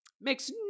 makes